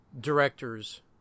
directors